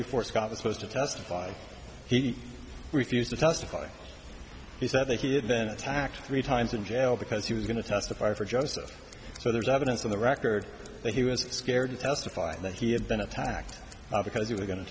before scott was supposed to testify he refused to testify he said that he had been attacked three times in jail because he was going to testify for joseph so there's evidence on the record that he was scared to testify that he had been attacked because you were going to